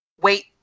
Wait